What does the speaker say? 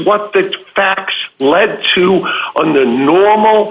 what the facts lead to on the normal